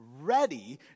ready